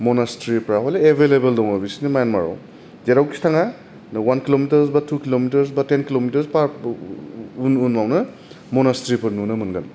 मनेस्ट्रिफोरा मानि एबाइलेबल दङ बिसिनि म्यानमार आव जेरावखि थाङा अवान किल'मिटारस बा टु किल'मिटारस बा टेन किल'मिटारस उन उनावनो मनेस्ट्रिफोर नुनो मोनगोन